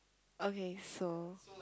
okay so